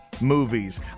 movies